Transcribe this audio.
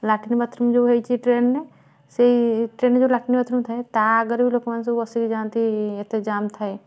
latrine bathroom ଯେଉଁ ହେଇଛି ଟ୍ରେନ୍ରେ ସେଇ ଟ୍ରେନ୍ରେ ଯେଉଁ ଲାଟିନ୍ ବାଥରୁମ୍ ଥାଏ ତା ଆଗରେ ବି ଲୋକମାନେ ସବୁ ବସିକି ଯାଆନ୍ତି ଏତେ ଜାମ୍ ଥାଏ